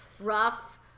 rough